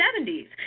70s